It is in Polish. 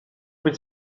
być